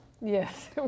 Yes